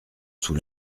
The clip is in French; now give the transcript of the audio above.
sous